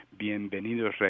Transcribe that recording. bienvenidos